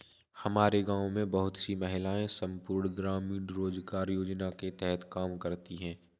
हमारे गांव में बहुत सी महिलाएं संपूर्ण ग्रामीण रोजगार योजना के तहत काम करती हैं